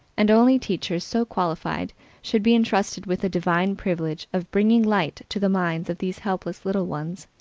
and only teachers so qualified should be entrusted with the divine privilege of bringing light to the minds of these helpless little ones.